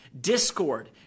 discord